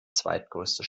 zweitgrößte